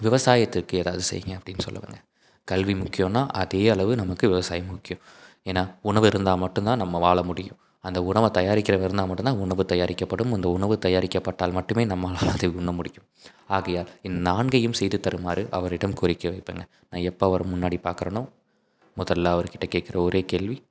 விவசாயத்துக்கு ஏதாவது செய்யுங்க அப்படின்னு சொல்வேங்க கல்வி முக்கியம்னா அதே அளவு நமக்கு விவசாயம் முக்கியம் ஏன்னா உணவு இருந்தால் மட்டும் தான் நம்ம வாழ முடியும் அந்த உணவை தயாரிக்கிறவன் இருந்தால் மட்டும்தான் உணவு தயாரிக்கப்படும் அந்த உணவு தயாரிக்கப்பட்டால் மட்டுமே நம்மளால் அதை உண்ணமுடியும் ஆகையால் இந்த நான்கையும் செய்துதருமாறு அவரிடம் கோரிக்கை வைப்பேன்ங்க நான் எப்போ அவரை முன்னாடி பாக்கிறேனோ முதலில் அவருக்கிட்டே கேக்கிற ஒரே கேள்வி